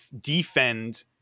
defend